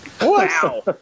Wow